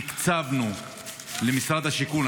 תקצבנו במשרד השיכון.